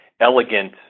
elegant